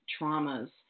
traumas